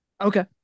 Okay